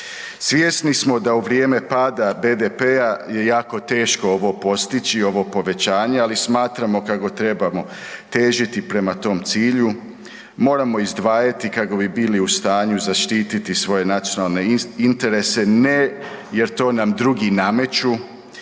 Svjesni smo da u vrijeme pada BDP-a je jako teško ovo postići, ovo povećanje, ali smatramo kako trebamo težiti prema tom cilju. Moramo izdvajati kako bi bili u stanju zaštiti svoje nacionalne interese, ne jer to nam drugi nameću